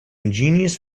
ingenious